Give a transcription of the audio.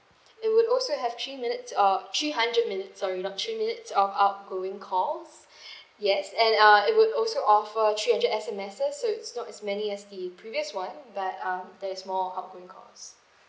it would also have three minutes uh three hundred minutes sorry not three minutes of outgoing calls yes and uh it would also offer three hundred S_M_Ss so it's not many as the previous one but um there is more outgoing calls